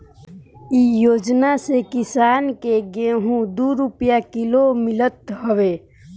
इ योजना से किसान के गेंहू दू रूपिया किलो मितल हवे